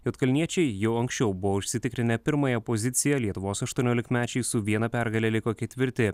juodkalniečiai jau anksčiau buvo užsitikrinę pirmąją poziciją lietuvos aštuoniolikmečiai su viena pergale liko ketvirti